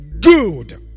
good